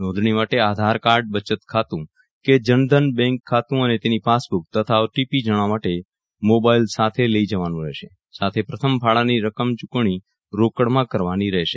નોંધણી માટે આધાર કાર્ડ બચતખાતું કે જનધન બેન્ક ખાતું અને તેની પાસબુક તથા ઓટીપી જાણવા માટે મોબાઇલ સાથે જવાનું રહેશે સાથે પ્રથમ ફાળાની ચૂકવણી રોકડમાં કરવાની રહેશે